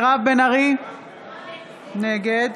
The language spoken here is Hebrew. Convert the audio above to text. נגד